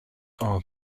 are